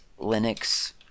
linux